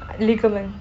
ligament